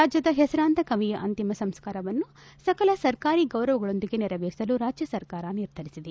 ರಾಜ್ಲದ ಹೆಸರಾಂತ ಕವಿಯ ಅಂತಿಮ ಸಂಸ್ಕಾರವನ್ನು ಸಕಲ ಸರ್ಕಾರಿ ಗೌರವಗಳೊಂದಿಗೆ ನೆರವೇರಿಸಲು ರಾಜ್ಯ ಸರ್ಕಾರ ನಿರ್ಧರಿಸಿದೆ